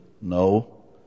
no